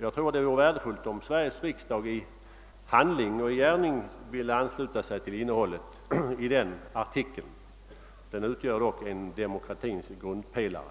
Jag tror att det vore värdefullt, om Sveriges riksdag i handling ville ansluta sig till innehållet i den artikeln. Den utgör dock en demokratins grundpelare.